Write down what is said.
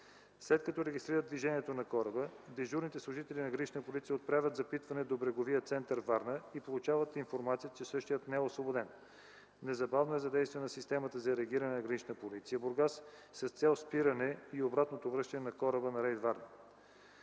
След като регистрират движението на кораба, дежурните служители на „Гранична полиция” отправят запитване до бреговия център – Варна, и получават информация, че същият не е освободен. Незабавно е задействана системата за реагиране на „Гранична полиция” – Бургас, с цел спиране и обратното връщане на кораба на рейд – Варна.